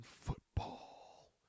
football